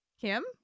Kim